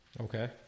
Okay